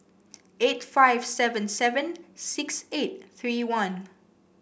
eight five seven seven six eight three one